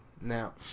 Now